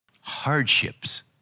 hardships